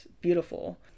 beautiful